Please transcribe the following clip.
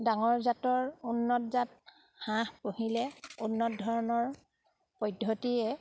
ডাঙৰ জাতৰ উন্নত জাত হাঁহ পুহিলে উন্নত ধৰণৰ পদ্ধতিৰে